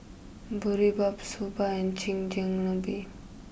Boribap Soba and Chigenabe